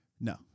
No